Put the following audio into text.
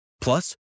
Plus